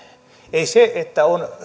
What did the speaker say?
ei se että